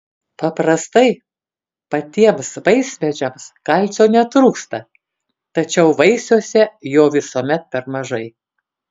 paprastai patiems vaismedžiams kalcio netrūksta tačiau vaisiuose jo visuomet per mažai